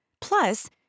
Plus